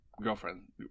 girlfriend